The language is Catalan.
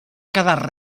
quedar